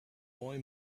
boy